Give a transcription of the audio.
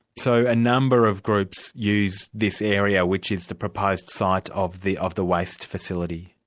so a number of groups use this area which is the proposed site of the of the waste facility?